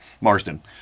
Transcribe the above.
Marston